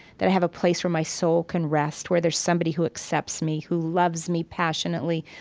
that i have a place where my soul can rest where there's somebody who accepts me, who loves me passionately,